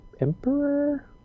emperor